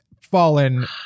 fallen